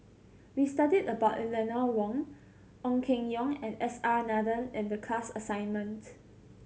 we studied about Eleanor Wong Ong Keng Yong and S R Nathan in the class assignment